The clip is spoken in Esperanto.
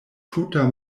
tuta